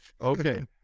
Okay